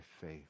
faith